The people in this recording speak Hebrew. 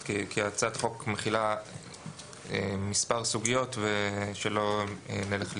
כי הצעת החוק מכילה מספר סוגיות, ושלא נלך לאיבוד.